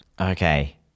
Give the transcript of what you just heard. Okay